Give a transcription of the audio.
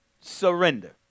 surrender